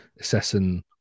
assessing